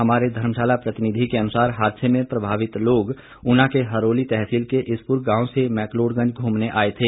हमारे धर्मशाला प्रतिनिधि के अनुसार हादसे में प्रभावित लोग ऊना के हरोली तहसील के इसपुर गांव से मैकडलोडगंज घूमने आए थे